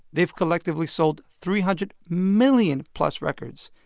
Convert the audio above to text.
they've collectively sold three hundred million-plus records.